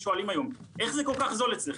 שואלים היום 'איך זה כל כך זול אצלכם'